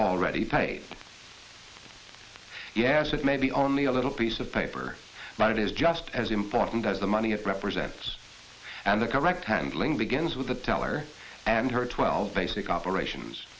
already paid yeah so it may be only a little piece of paper but it is just as important as the money it represents and the correct handling begins with the teller and her twelve basic operations